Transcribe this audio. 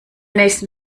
nächsten